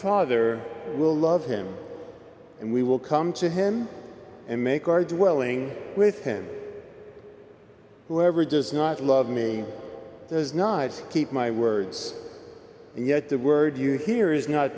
father will love him and we will come to him and make our dwelling with him whoever does not love me does not keep my words yet the word you hear is not